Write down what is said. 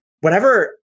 whenever